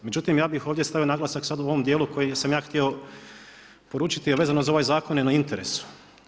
Međutim, ja bih ovdje stavio naglasak sada u ovom dijelu koji sam ja htio poručiti, a vezano za ovaj zakon je na interesu.